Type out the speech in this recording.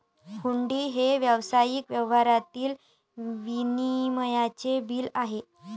हुंडी हे व्यावसायिक व्यवहारातील विनिमयाचे बिल आहे